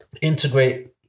integrate